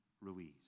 Ruiz